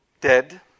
dead